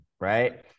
right